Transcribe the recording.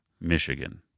Michigan